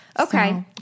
Okay